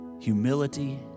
Humility